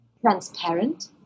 Transparent